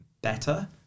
Better